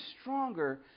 stronger